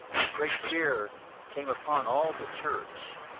and great fear came upon all the church,